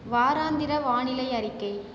வாராந்திர வானிலை அறிக்கை